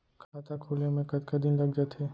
खाता खुले में कतका दिन लग जथे?